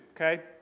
okay